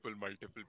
multiple